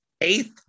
eighth